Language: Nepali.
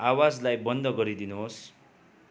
आवाजलाई बन्द गरिदिनुहोस्